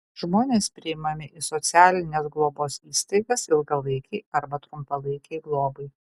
žmonės priimami į socialinės globos įstaigas ilgalaikei arba trumpalaikei globai